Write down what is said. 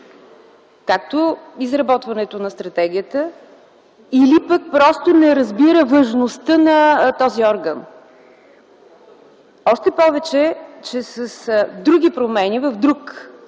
изработването на стратегията или пък просто не разбира важността на този орган. Още повече, че с промени в друг